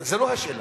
זאת לא השאלה.